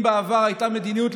אם בעבר הייתה מדיניות,